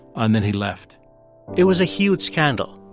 and then he left it was a huge scandal.